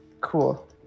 Cool